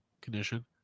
condition